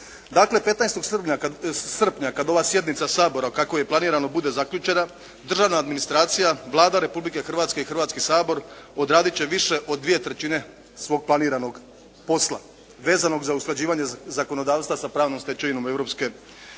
Dakle, 15. srpnja kad ova sjednica Sabora kako je planirano bude zaključena, državna administracija, Vlada Republike Hrvatske i Hrvatski sabor odraditi će više od 2/3 svog planiranog posla vezanog za usklađivanje zakonodavstva sa pravnom stečevinom